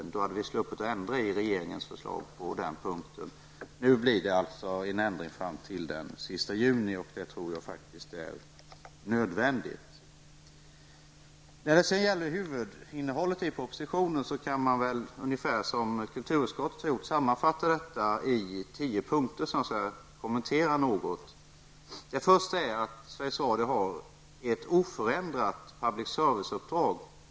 I så fall hade vi sluppit ändra i regeringens förslag på den punkten. Nu blir det alltså en ändring fram till den 30 juni, och det tror jag faktiskt är nödvändigt. När det gäller huvudinnehållet i propositionen kan man ungefär som kulturutskottet gjort sammanfatta i tio punkter. För det första har Sveriges Radio ett oförändrat public serviceuppdrag.